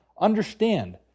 understand